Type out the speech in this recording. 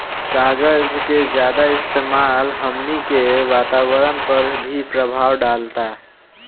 कागज के ज्यादा इस्तेमाल हमनी के वातावरण पर भी प्रभाव डालता